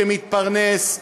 שמתפרנס,